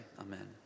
amen